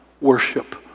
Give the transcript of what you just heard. Worship